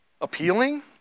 appealing